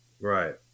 Right